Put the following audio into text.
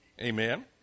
Amen